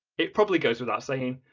it probably goes without saying,